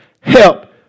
help